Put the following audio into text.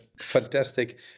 fantastic